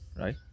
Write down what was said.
right